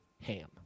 ham